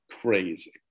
crazy